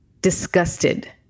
disgusted